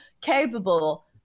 capable